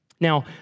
Now